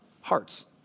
hearts